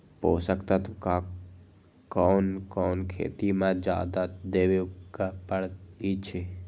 पोषक तत्व क कौन कौन खेती म जादा देवे क परईछी?